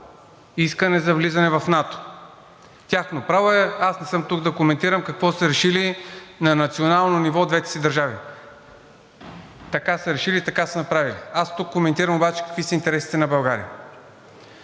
искане за влизане в НАТО – тяхно право е, аз не съм тук да коментирам какво са решили на национално ниво двете държави. Така са решили, така са направили. Аз тук коментирам обаче какви са интересите на България.